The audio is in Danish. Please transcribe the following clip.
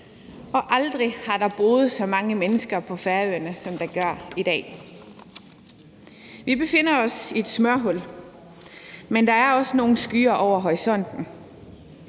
og aldrig har der boet så mange mennesker på Færøerne, som der gør i dag. Vi befinder os i et smørhul, men der er også nogle skyer ude i horisonten.